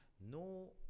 no